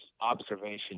observation